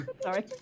Sorry